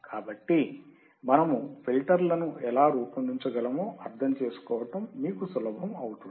కాబట్టి మనము ఫిల్టర్లను ఎలా రూపొందించగలమో అర్థం చేసుకోవడం మీకు సులభం అవుతుంది